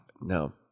No